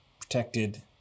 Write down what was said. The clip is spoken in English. protected